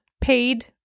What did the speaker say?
paid